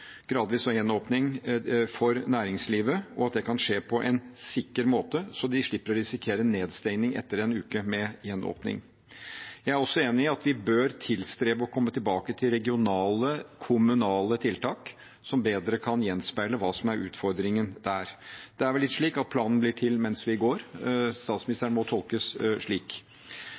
og gradvis gjenåpning for næringslivet, og at det kan skje på en sikker måte, så de slipper å risikere nedstengning etter en uke med gjenåpning. Jeg er også enig i at vi bør tilstrebe å komme tilbake til regionale, kommunale tiltak, som bedre kan gjenspeile hva som er utfordringen der. Det er vel litt slik at planen blir til mens vi går, statsministeren må tolkes slik.